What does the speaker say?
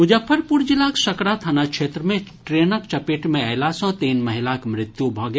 मुजफ्फरपुर जिलाक सकरा थाना क्षेत्र मे ट्रेनक चपेट मे अयला सँ तीन महिलाक मृत्यु भऽ गेल